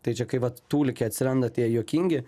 tai čia kai vat tūlike atsiranda tie juokingi